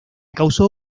causó